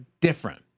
different